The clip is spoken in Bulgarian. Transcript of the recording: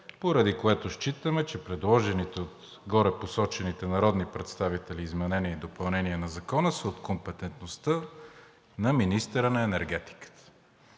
поради което считаме, че предложените от горепосочените народни представители изменения и допълнения на Закона са от компетентността на министъра на енергетиката.